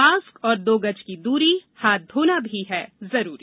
mask और दो गज की दूरी हाथ धोना भी है जरूरी